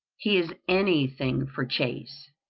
he is anything for chase.